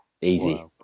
easy